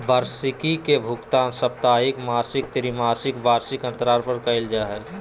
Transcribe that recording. वार्षिकी के भुगतान साप्ताहिक, मासिक, त्रिमासिक, वार्षिक अन्तराल पर कइल जा हइ